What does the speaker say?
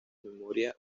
memoria